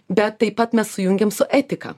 bet taip pat mes sujungėm su etika